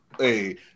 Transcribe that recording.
Hey